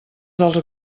dels